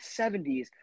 70s